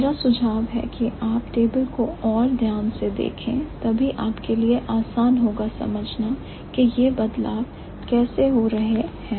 मेरा सुझाव है कि आप टेबल को और ध्यान से देखिए तभी आपके लिए आसान होगा समझना की बदलाव कैसे हो रहे हैं